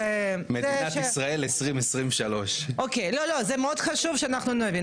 מדינת ישראל 2023. לא, זה מאוד חשוב שאנחנו נבין.